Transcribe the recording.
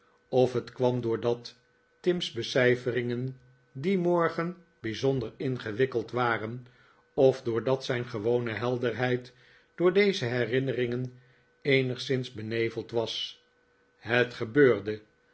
of het kwam doordat tim's becijferingen dien morgen bijzonder ingewikkeld waren of doordat zijn gewone helderheid door deze herinneringen eenigszins beneveld was het gebeurde